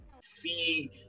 see